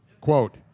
Quote